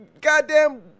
goddamn